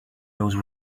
those